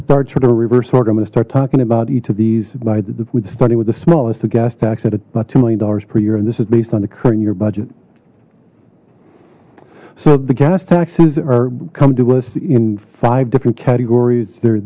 start sort of a reverse order i'm gonna start talking about each of these by the starting with the smallest the gas tax at about two million dollars per year and this is based on the current year budget so the gas taxes are come to us in five different categories there